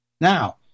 Now